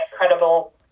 incredible